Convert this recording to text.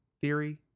theory